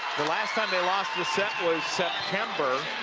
last time they lost a set was september.